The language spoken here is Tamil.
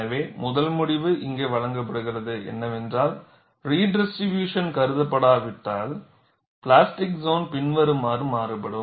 எனவே முதல் முடிவு இங்கே வழங்கப்படுவது என்னவென்றால்ரிடிஸ்ட்ரிபியூஷன் கருதப்படாவிட்டால் பிளாஸ்டிக் சோனின் பின்வருமாறு மாறுபடும்